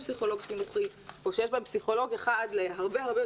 פסיכולוג חינוכי או שיש בהם פסיכולוג אחד להרבה יותר